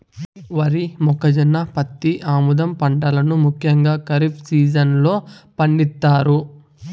వరి, మొక్కజొన్న, పత్తి, ఆముదం పంటలను ముఖ్యంగా ఖరీఫ్ సీజన్ లో పండిత్తారు